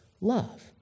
love